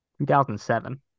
2007